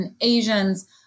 Asians